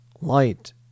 light